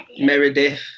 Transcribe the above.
Meredith